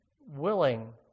willing